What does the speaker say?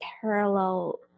parallel